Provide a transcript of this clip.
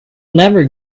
never